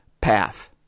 path